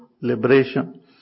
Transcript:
liberation